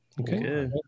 Okay